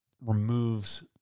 removes